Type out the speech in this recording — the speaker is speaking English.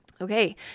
Okay